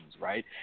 right